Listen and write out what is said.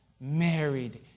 married